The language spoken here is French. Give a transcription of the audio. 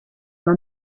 dans